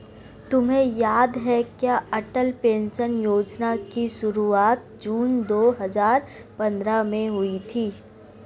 तुम्हें याद है क्या अटल पेंशन योजना की शुरुआत जून दो हजार पंद्रह में हुई थी?